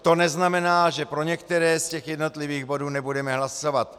To neznamená, že pro některé z těch jednotlivých bodů nebudeme hlasovat.